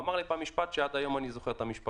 אמר לי פעם משפט שעד היום אני זוכר אותו: